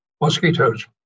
mosquitoes